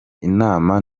inama